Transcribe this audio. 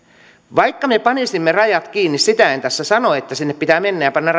vaikka me panisimme rajat kiinni sitä en tässä sano että sinne pitää mennä ja panna